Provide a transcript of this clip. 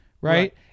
right